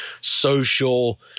social